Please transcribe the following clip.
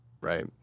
right